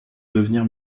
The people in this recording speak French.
devenir